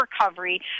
recovery